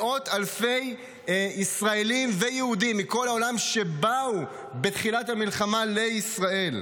מאות אלפי ישראלים ויהודים מכל העולם באו בתחילת המלחמה לישראל.